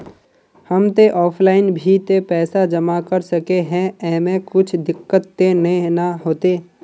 हम ते ऑफलाइन भी ते पैसा जमा कर सके है ऐमे कुछ दिक्कत ते नय न होते?